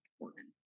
important